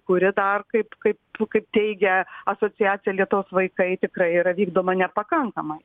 kuri dar kaip kaip kaip teigia asociacija lietaus vaikai tikrai yra vykdoma nepakankamai